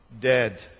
dead